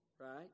right